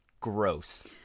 Gross